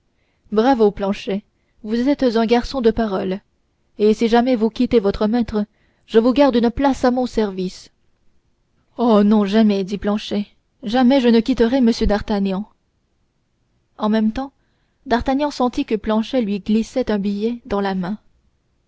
bravo planchet vous êtes un garçon de parole et si jamais vous quittez votre maître je vous garde une place à mon service oh non jamais dit planchet jamais je ne quitterai m d'artagnan en même temps d'artagnan sentit que planchet lui glissait un billet dans la main